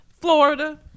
Florida